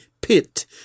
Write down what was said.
pit